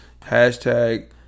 Hashtag